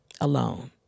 alone